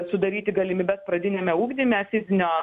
sudaryti galimybes pradiniame ugdyme fizinio